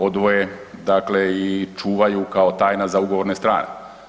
odvoje dakle i čuvaju kao tajna za ugovorne strane.